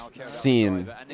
seen